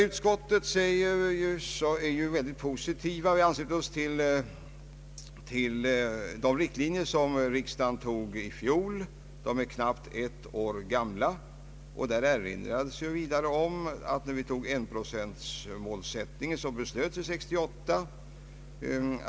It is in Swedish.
Utskottet är mycket positivt och ansluter sig till de riktlinjer som riksdagen antog i fjol. De är knappt ett år gamla. Utskottet erinrar vidare om att principbeslutet om enprocentsmålet fattades 1968.